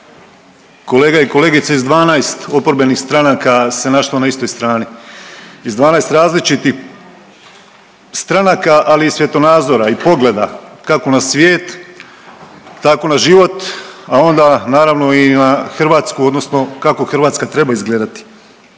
kolega i kolegica iz 12 oporbenih stranaka se našlo na istoj strani, iz 12 različitih stranka, ali i svjetonazora i pogleda kako na svijet, tako na život, a onda naravno i na Hrvatsku odnosno kako Hrvatska treba izgledati,